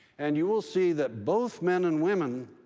and you will see that both men and women,